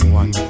one